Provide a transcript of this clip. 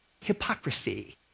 hypocrisy